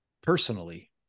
personally